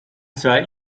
zwar